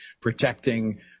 protecting